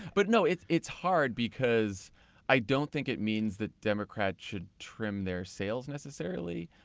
but no, it's it's hard because i don't think it means that democrats should trim their sales necessarily,